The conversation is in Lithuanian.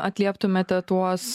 atlieptumėte tuos